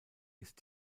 ist